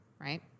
right